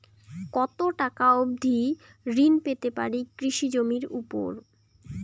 কত টাকা অবধি ঋণ পেতে পারি কৃষি জমির উপর?